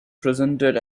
presented